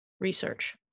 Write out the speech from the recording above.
research